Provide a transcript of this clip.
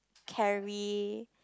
carry